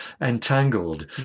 entangled